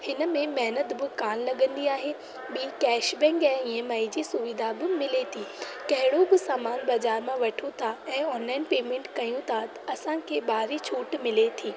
हिन में महिनत बि कान लॻंदी आहे ऐं ॿी केश बैक ऐं ई एम आई जी सुविधा बि मिले थी कहिड़ो बि सामानु बज़ार मां वठूं था ऐं ऑनलाईन पेमेंट कयूं था असां खे भारी छूटि मिले थी